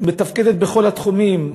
מתפקדת בכל התחומים,